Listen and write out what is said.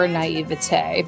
naivete